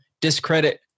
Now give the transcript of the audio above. discredit